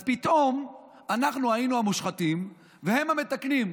אז פתאום אנחנו היינו המושחתים והם המתקנים,